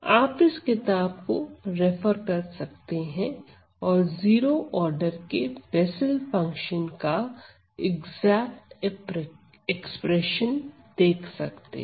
आप इस किताब को रेफर कर सकते हैं और जीरो ऑर्डर के बेसल फंक्शन Bessels function का एग्जैक्ट एक्सप्रेशन देख सकते हैं